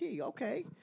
Okay